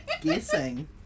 Guessing